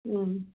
ம்